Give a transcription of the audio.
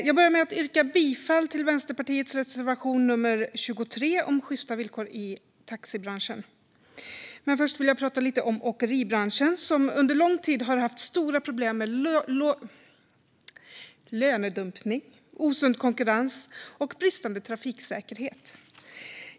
Herr talman! Jag yrkar bifall till Vänsterpartiets reservation nummer 23 om sjysta villkor i taxibranschen. Jag vill dock inledningsvis tala lite om åkeribranschen, som under lång tid haft stora problem med lönedumpning, osund konkurrens och bristande trafiksäkerhet.